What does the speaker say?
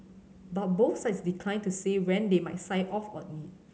but both sides declined to say when they might sign off on it